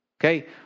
Okay